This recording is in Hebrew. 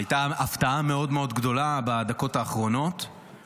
הייתה הפתעה מאוד מאוד גדולה בדקות האחרונות,